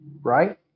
right